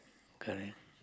correct